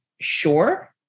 sure